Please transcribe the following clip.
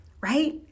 right